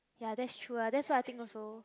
ya that's true ah that's what I think also